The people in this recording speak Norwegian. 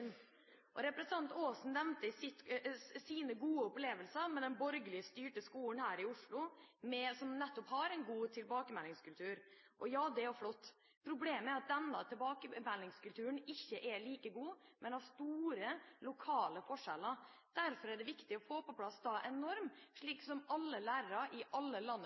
trinn. Representanten Aasen nevnte sine gode opplevelser med den borgerlig styrte skole her i Oslo, som nettopp har en god tilbakemeldingskultur. Ja, det er flott. Problemet er at denne tilbakemeldingskulturen ikke alltid er like god, men har store, lokale forskjeller. Derfor er det viktig å få på plass en norm som alle lærere i alle